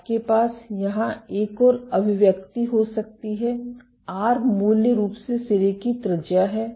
आपके पास यहां एक और अभिव्यक्ति हो सकती है आर मूल रूप से सिरे की त्रिज्या है